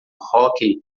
hóquei